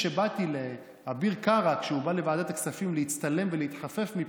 כשבאתי לאביר קארה כשהוא בא לוועדת הכספים להצטלם ולהתחפף מפה,